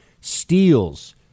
steals